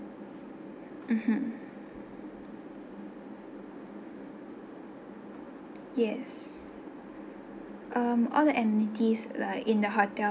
mmhmm yes um all the amenities like in the hotel